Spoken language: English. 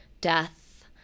death